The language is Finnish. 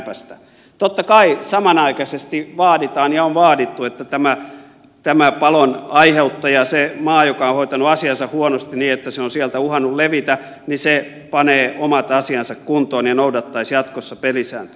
totta kai samanaikaisesti vaaditaan ja on vaadittu että tämä palon aiheuttaja se maa joka on hoitanut asiansa huonosti niin että se on sieltä uhannut levitä panee omat asiansa kuntoon ja noudattaa jatkossa pelisääntöjä